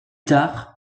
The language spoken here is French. tard